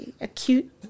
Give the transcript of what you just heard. acute